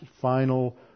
final